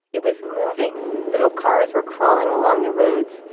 it was moving. little cars were crawling along the roads.